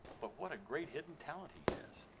but what a great hidden talent he has.